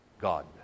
God